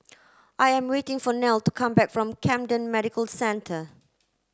I am waiting for Nelle to come back from Camden Medical Centre